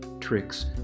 tricks